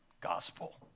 Gospel